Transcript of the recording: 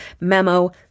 memo